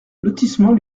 lotissement